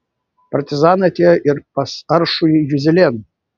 partizanai atėjo ir pas aršųjį juzelėną